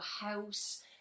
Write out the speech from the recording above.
house